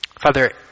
Father